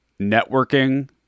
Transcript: networking